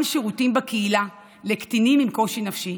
שירותים בקהילה לקטינים עם קושי נפשי,